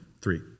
Three